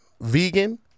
vegan